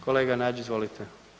Kolega Nađi, izvolite.